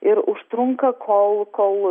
ir užtrunka kol kol